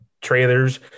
trailers